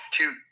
two